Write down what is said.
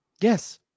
yes